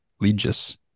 legis